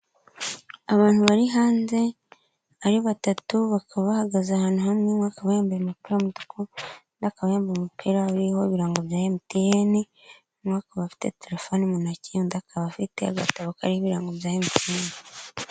Abantu bari hanze ari batatu, bakaba bahagaze ahantu hamwe, umwe akaba yambaye umupira w'umutuku, undi akaba yambaye umupira uriho ibirango bya MTN, umwe akaba bafite telefone mu ntoki, undi akaba afite agatabo kariho ibirango bya MTN.